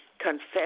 confess